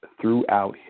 throughout